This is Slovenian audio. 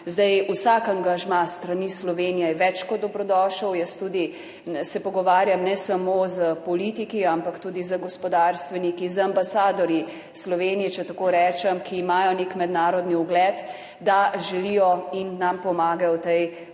Vsak angažma s strani Slovenije je več kot dobrodošel. Pogovarjam se ne samo s politiki, ampak tudi z gospodarstveniki, z ambasadorji Slovenije, če tako rečem, ki imajo nek mednarodni ugled, da želijo in nam pomagajo v tej